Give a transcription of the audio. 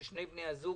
כאשר שני בני הזוג